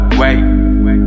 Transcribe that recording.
wait